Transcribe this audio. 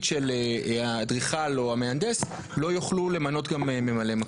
של האדריכל או המהנדס לא יוכלו למנות גם ממלא מקום.